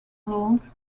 loans